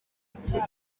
cye